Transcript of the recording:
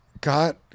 got